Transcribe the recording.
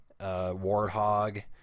warthog